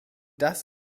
das